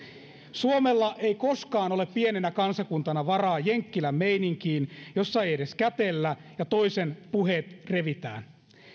suomella ei koskaan ole pienenä kansakuntana varaa jenkkilän meininkiin jossa ei edes kätellä ja toisen puheet revitään